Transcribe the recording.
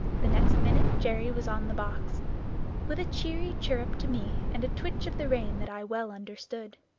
the next minute jerry was on the box with a cheery chirrup to me, and a twitch of the rein that i well understood.